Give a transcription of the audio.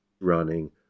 running